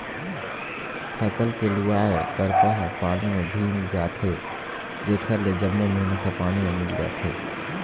फसल के लुवाय करपा ह पानी म भींग जाथे जेखर ले जम्मो मेहनत ह पानी म मिल जाथे